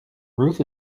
ruth